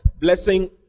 blessing